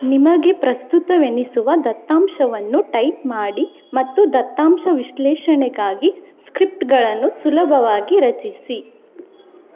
ನಿಮಗೆ ಪ್ರಸ್ತುತವೆನಿಸುವ ದತ್ತಾಂಶವನ್ನು ಟೈಪ್ ಮಾಡಿ ಮತ್ತು ದತ್ತಾಂಶ ವಿಶ್ಲೇಷಣೆಗಾಗಿ ಸ್ಕ್ರಿಪ್ಟ್ಗಳನ್ನು ಸುಲಭವಾಗಿ ರಚಿಸಿ